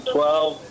Twelve